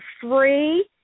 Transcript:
free